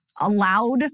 allowed